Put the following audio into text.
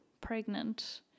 pregnant